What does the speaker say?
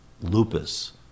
lupus